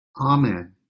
Amen